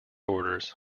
orders